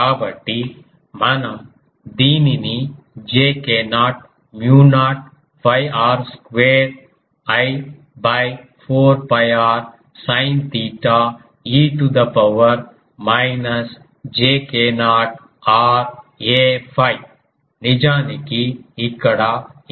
కాబట్టి మనం దీనిని j k0 mu naught 𝛑 r0 square I 4 𝛑 r sin theta e to the power minus j k0 r a 𝛟 నిజానికి ఇక్కడ aφ ఈ term